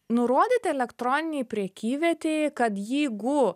nurodyti elektroninėj prekyvietėj kad jeigu